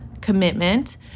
commitment